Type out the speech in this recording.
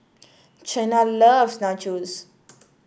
Chyna loves Nachos